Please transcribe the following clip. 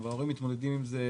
כמה מוגנים וכמה לא?